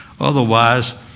Otherwise